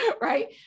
right